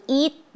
eat